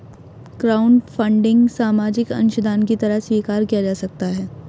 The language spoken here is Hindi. क्राउडफंडिंग सामाजिक अंशदान की तरह स्वीकार किया जा सकता है